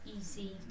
easy